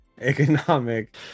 economic